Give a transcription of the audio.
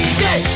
day